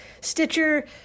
Stitcher